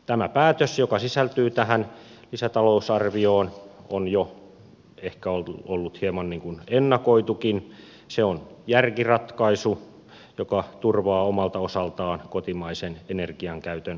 tämä päätös joka sisältyy tähän lisätalousarvioon on jo ehkä ollut hieman ennakoitukin se on järkiratkaisu joka turvaa omalta osaltaan kotimaisen energian käytön tehostamista